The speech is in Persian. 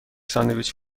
ساندویچ